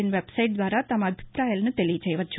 in website ద్వారా తమ అభిప్రాయాలను తెలియచేయవచ్చు